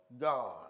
God